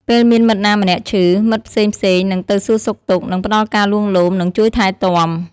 ពេលមានមិត្តណាម្នាក់ឈឺ មិត្តផ្សេងៗនឹងទៅសួរសុខទុក្ខ និងផ្តល់ការលួងលោម និងជួយថែទាំ។